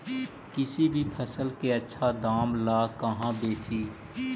किसी भी फसल के आछा दाम ला कहा बेची?